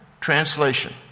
translation